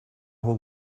whole